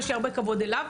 ויש לי הרבה כבוד אליו,